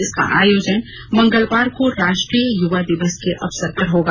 इसका आयोजन मंगलवार को राष्ट्रीय युवा दिवस के अवसर पर होगा